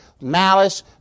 malice